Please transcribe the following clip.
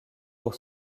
pour